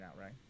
right